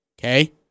okay